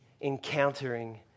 encountering